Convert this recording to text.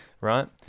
right